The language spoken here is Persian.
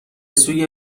سوی